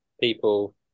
people